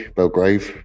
Belgrave